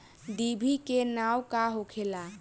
डिभी के नाव का होखेला?